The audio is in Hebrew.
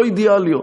לא אידיאליות.